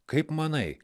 kaip manai